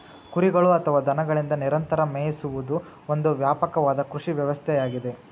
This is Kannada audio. ಕುರಿಗಳು ಅಥವಾ ದನಗಳಿಂದ ನಿರಂತರ ಮೇಯಿಸುವುದು ಒಂದು ವ್ಯಾಪಕವಾದ ಕೃಷಿ ವ್ಯವಸ್ಥೆಯಾಗಿದೆ